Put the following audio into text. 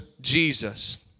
Jesus